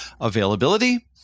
Availability